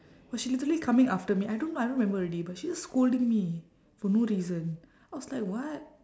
but she literally coming after me I don't know I don't remember already but she just scolding me for no reason I was like what